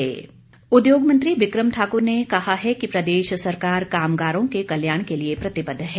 बिक्रम ठाकुर उद्योग मंत्री बिक्रम ठाकुर ने कहा है कि प्रदेश सरकार कामगारों के कल्याण के लिए प्रतिबद्द है